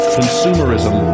consumerism